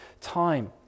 time